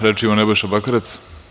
Reč ima Nebojša Bakarec.